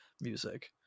music